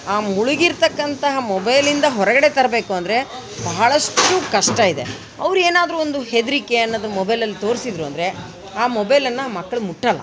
ಆ ಮುಳುಗಿರ್ತಕ್ಕಂತಹ ಮೊಬೈಲಿಂದ ಹೊರಗಡೆ ತರಬೇಕು ಅಂದರೆ ಬಹಳಷ್ಟು ಕಷ್ಟ ಇದೆ ಅವ್ರು ಏನಾದ್ರು ಒಂದು ಹೆದರಿಕೆ ಅನ್ನೋದು ಮೊಬೈಲಲ್ಲಿ ತೋರಿಸಿದ್ರು ಅಂದರೆ ಆ ಮೊಬೈಲನ್ನು ಆ ಮಕ್ಳು ಮುಟ್ಟೋಲ್ಲ